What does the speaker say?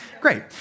Great